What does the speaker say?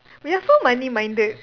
we are so money minded